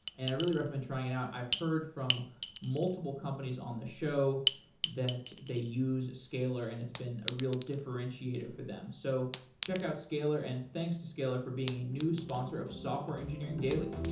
and i really recommend trying it out. i've heard from multiple companies on the show that they use scalyr and it's been a real differentiator for them. so check out scalyr, and thanks to scalyr for being a new sponsor of software engineering daily